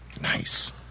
nice